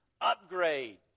upgrade